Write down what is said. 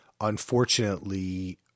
unfortunately